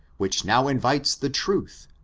which now invites the truth,